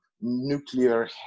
nuclear